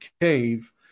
cave